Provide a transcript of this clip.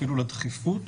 אפילו לדחיפות.